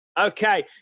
Okay